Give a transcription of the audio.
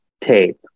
tape